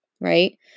right